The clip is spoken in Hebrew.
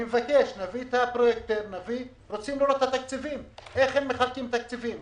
אנחנו רוצים לראות איך הם מחלקים את התקציבים,